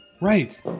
Right